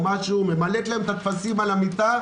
ממלאת להם את הטפסים על המיטה